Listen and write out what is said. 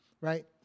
right